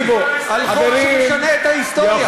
על חוק שמשנה את ההיסטוריה.